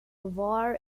war